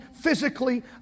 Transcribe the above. physically